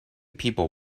people